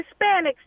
Hispanics